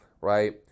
right